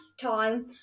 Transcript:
time